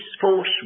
force